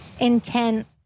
intent